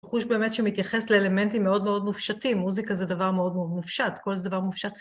תחוש באמת שמתייחס לאלמנטים מאוד מאוד מופשטים, מוזיקה זה דבר מאוד מופשט, כל זה דבר מופשט.